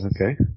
okay